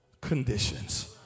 conditions